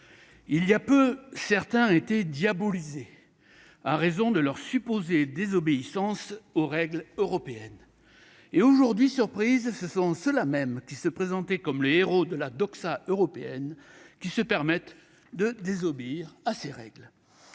Il y a peu, certains étaient diabolisés en raison de leur supposée désobéissance aux règles européennes ; aujourd'hui, surprise, ce sont ceux-là mêmes qui se présentaient comme les hérauts de la européenne qui se permettent de désobéir à ces règles